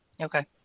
Okay